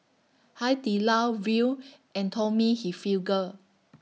Hai Di Lao Viu and Tommy Hilfiger